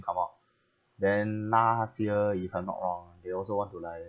come out then last year if I'm not wrong they also want to like